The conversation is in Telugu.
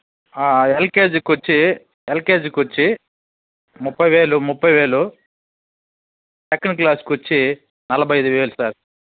ఎల్కెజీకి వచ్చి ఎల్కెజీకి వచ్చి ముప్పై వేలు ముప్పై వేలు సెకండ్ క్లాస్కి వచ్చి నలభై ఐదు వేలు సార్